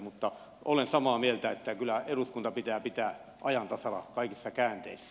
mutta olen samaa mieltä että kyllä eduskunta pitää pitää ajan tasalla kaikissa käänteissä